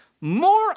more